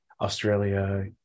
Australia